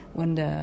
wanda